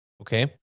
Okay